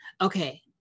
okay